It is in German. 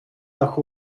nach